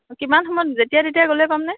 কিমান সময়ত যেতিয়াই তেতিয়াই গ'লেই পামনে